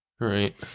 Right